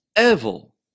evil